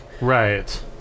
Right